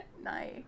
Nice